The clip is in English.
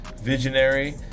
visionary